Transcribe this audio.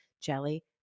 jelly